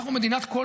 אנחנו מדינת כל